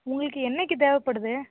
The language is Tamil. உங்களுக்கு என்னைக்கு தேவைப்படுது